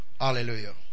Hallelujah